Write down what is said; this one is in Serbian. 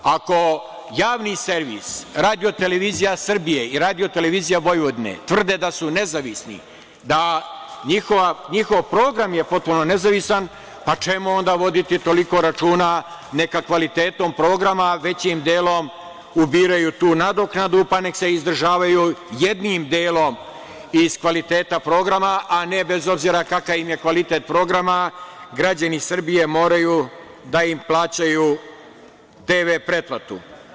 Ako Javni servis RTS i RTV tvrde da su nezavisni, da je njihov program potpuno nezavisan, čemu onda voditi toliko računa, neka kvalitetom programa, većim delom ubiraju tu nadoknadu, pa nek se izdržavaju jednim delom iz kvaliteta programa, a ne bez obzira kakav im je kvalitet programa, građani Srbije moraju da im plaćaju TV pretplatu.